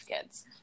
kids